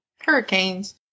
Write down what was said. hurricanes